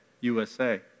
USA